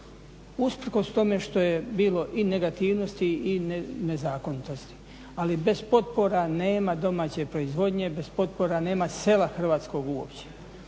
usprkos tome što je bilo i negativnosti i nezakonitosti, ali bez potpora nema domaće proizvodnje, bez potpora nema sela hrvatskog uopće.